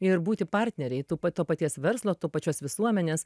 ir būti partneriai tų pa to paties verslo to pačios visuomenės